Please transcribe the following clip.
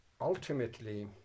ultimately